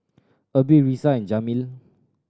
Erby Risa and Jameel